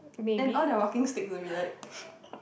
and all the walking stick will be like